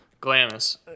Glamis